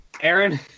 Aaron